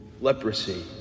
leprosy